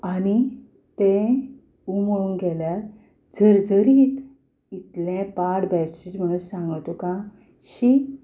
आनी तें उमळूंक गेल्यार झरझरीत इतलें पाड बेडशीट म्हूण सांगो तुका शी